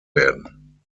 werden